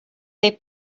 they